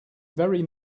very